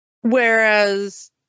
Whereas